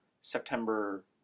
September